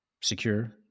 secure